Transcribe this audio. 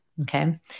Okay